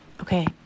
Okay